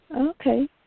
Okay